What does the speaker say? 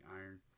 iron